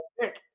Nick